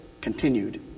continued